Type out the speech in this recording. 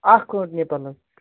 اَکھ ٲنٹھ نِپَل حظ